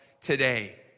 today